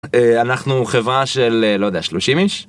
אנחנו חברה של, לא יודע, 30 איש.